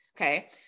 Okay